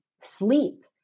sleep